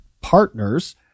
partners